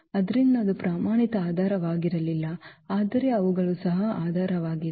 ಆದ್ದರಿಂದ ಅದು ಪ್ರಮಾಣಿತ ಆಧಾರವಾಗಿರಲಿಲ್ಲ ಆದರೆ ಅವುಗಳು ಸಹ ಆಧಾರವಾಗಿವೆ